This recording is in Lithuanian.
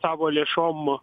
savo lėšom